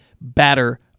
batter